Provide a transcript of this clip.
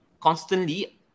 constantly